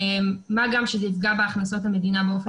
מה גם שזה יפגע בהכנסות המדינה באופן משמעותי.